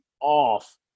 off